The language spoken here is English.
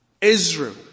Israel